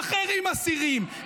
משחררים אסירים.